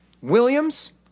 Williams